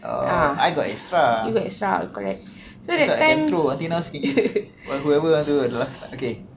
oh I got extra you that's why I can throw until now still can use or whoever okay